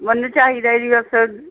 ਮੈਨੂੰ ਚਾਹੀਦਾ ਜੀ ਬਸ